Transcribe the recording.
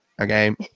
Okay